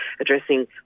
addressing